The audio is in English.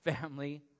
family